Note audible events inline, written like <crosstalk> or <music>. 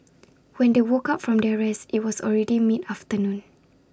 <noise> when they woke up from their rest IT was already mid afternoon